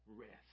rest